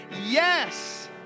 Yes